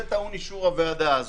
זה טעון אישור הוועדה הזאת.